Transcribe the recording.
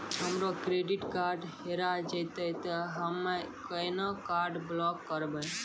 हमरो credit card हेरा जेतै ते हम्मय केना कार्ड ब्लॉक करबै?